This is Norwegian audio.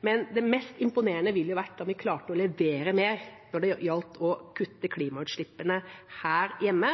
Men det mest imponerende ville jo vært om vi klarte å levere mer når det gjelder å kutte klimautslippene her hjemme,